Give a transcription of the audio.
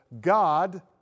God